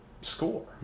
score